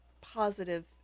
positive